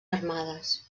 armades